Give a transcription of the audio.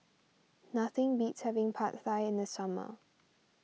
nothing beats having Pad Thai in the summer